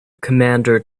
commander